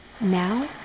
Now